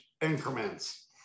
increments